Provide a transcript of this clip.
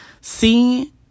see